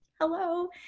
Hello